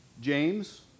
James